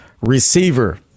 receiver